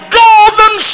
golden